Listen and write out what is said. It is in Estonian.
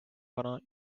vana